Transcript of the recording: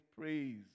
praise